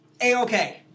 A-OK